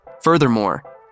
Furthermore